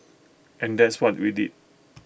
and that's what we did